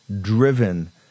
driven